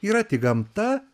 yra tik gamta